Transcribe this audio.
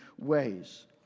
ways